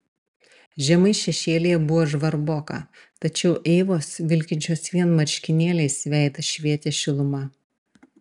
žemai šešėlyje buvo žvarboka tačiau eivos vilkinčios vien marškinėliais veidas švietė šiluma